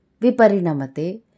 viparinamate